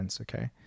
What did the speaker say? Okay